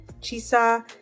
Chisa